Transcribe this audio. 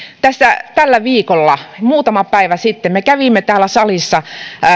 tällä viikolla muutama päivä sitten me kävimme täällä salissa